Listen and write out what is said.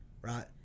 right